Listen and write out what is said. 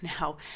now